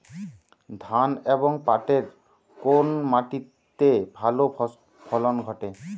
ধান এবং পাটের কোন মাটি তে ভালো ফলন ঘটে?